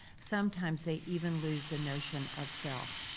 sometimes they even lose the notion of self.